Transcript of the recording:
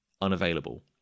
unavailable